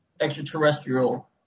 extraterrestrial